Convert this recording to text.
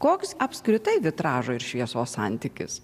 koks apskritai vitražo ir šviesos santykis